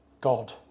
God